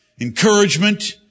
encouragement